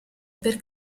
per